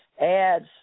ads